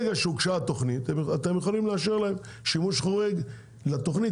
מהרגע שהתוכנית הוגשה אתם יכולים לאשר להם שימוש חורג לתוכנית,